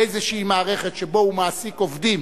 איזושהי מערכת שבה הוא מעסיק עובדים,